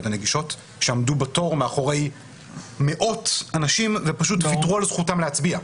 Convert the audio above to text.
הנגישות שעמדו בתור מאחורי מאות אנשים ופשוט ויתרו על זכותם להצביע.